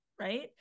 right